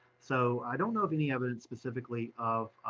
so i don't know of any evidence specifically, of